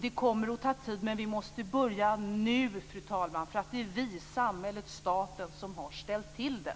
Det kommer att ta tid, men vi måste börja nu, fru talman, för att det är vi, samhället, staten, som har ställt till det!